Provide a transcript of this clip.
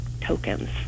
tokens